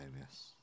yes